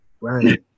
right